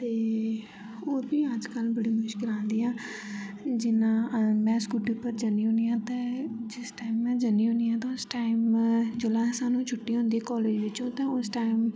ते ओर बी अज्ज कल्ल बड़ी मुश्किल आंदी जियां मैं स्कूटी पर जन्नी होंनी आ ते जेस टाइम मैं जन्नी होंनी ते उस्स टाइम ते जोल्लै सानु छुट्टी होंदी कॉलेज च ते उस टाइम